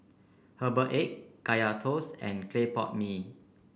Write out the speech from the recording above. Herbal Egg Kaya Toast and Clay Pot Mee